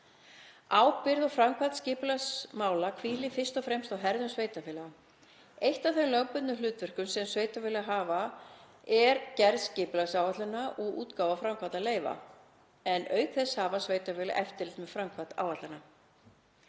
Ábyrgð og framkvæmd skipulagsmála hvílir fyrst og fremst á herðum sveitarfélaga. Eitt af þeim lögbundnu hlutverkum sem sveitarfélög hafa er gerð skipulagsáætlana og útgáfa framkvæmdaleyfa, en auk þess hafa sveitarfélög eftirlit með framkvæmd áætlana.